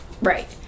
right